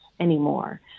anymore